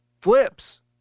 flips